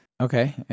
Okay